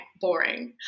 boring